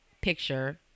picture